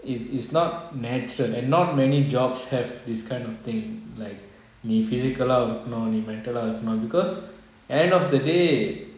is is not mental and not many jobs have this kind of thing like the physical eh இருக்கனும்:irukanum mental eh இருக்கனும்:irukanum because end of the day